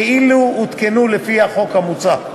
כאילו הותקנו לפי החוק המוצע.